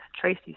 Tracy